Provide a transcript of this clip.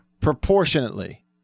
proportionately